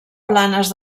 planes